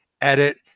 edit